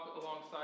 alongside